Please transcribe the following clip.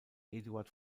eduard